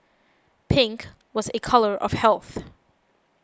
pink was a colour of health